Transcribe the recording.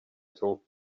talk